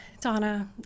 Donna